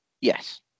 yes